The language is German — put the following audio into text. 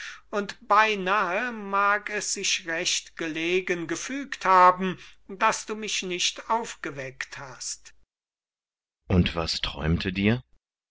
und beinahe mag es sich recht gelegen gefügt haben daß du mich nicht aufgeweckt hast kriton und was träumte dir